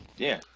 yeah,